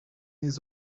his